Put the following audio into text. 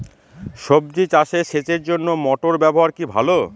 সবজি চাষে সেচের জন্য মোটর ব্যবহার কি ভালো?